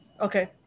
Okay